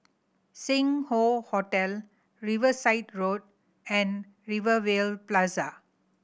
Sing Hoe Hotel Riverside Road and Rivervale Plaza